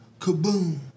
Kaboom